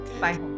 Bye